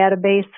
database